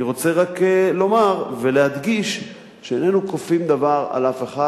אני רוצה רק לומר ולהדגיש שאיננו כופים דבר על אף אחד.